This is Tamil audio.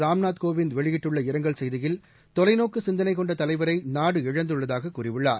ராம்நாத் கோவிந்த் வெளியிட்டுள்ள இரங்கல் செய்தியில் தொலைநோக்கு சிந்தனை கொண்ட தலைவரை நாடு இழந்துள்ளதாக கூறியுள்ளார்